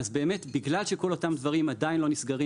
בגלל שכל אותם דברים עדיין לא נסגרים